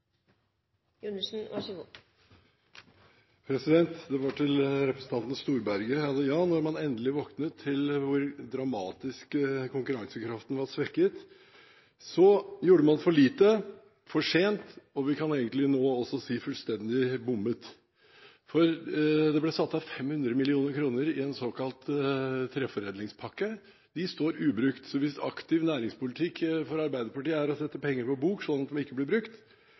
Gundersen har hatt ordet to ganger tidligere og får ordet til en kort merknad, begrenset til 1 minutt. Til representanten Storberget: Ja, da man endelig våknet til hvor dramatisk konkurransekraften var svekket, gjorde man for lite, for sent, og vi kan egentlig også nå si at man fullstendig bommet. Det ble satt av 500 mill. kr i en såkalt treforedlingspakke. De pengene står ubrukt. Så hvis aktiv næringspolitikk for Arbeiderpartiet er å sette penger på bok så de ikke blir brukt,